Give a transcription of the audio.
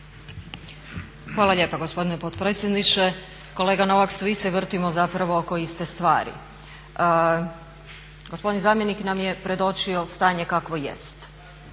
Hvala lijepa gospodine potpredsjedniče. Kolega Novak svi se vrtimo zapravo oko iste stvari. Gospodin zamjenik nam je predočio stanje kakvo jest,